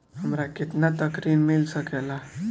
हमरा केतना तक ऋण मिल सके ला?